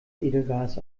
edelgas